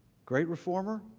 great reformer.